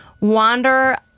Wander